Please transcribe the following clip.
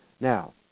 Now